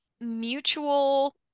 mutual